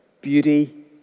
beauty